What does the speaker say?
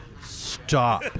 Stop